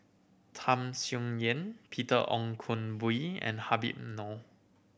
Tham Sien Yen Peter Ong and Habib Noh